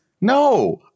No